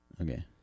Okay